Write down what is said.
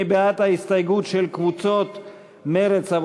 מי בעד ההסתייגות של קבוצות מרצ,